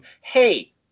Hey